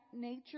nature